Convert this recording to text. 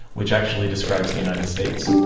which actually describes the united states